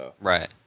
Right